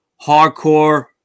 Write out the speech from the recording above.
Hardcore